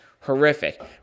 horrific